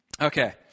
Okay